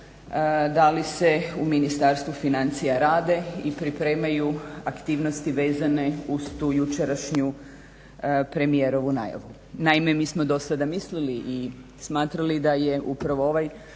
da li se u Ministarstvu financija rade i pripremaju aktivnosti vezane uz tu jučerašnju premijerovu najavu. Naime, mi smo do sada mislili i smatrali da je upravo ovaj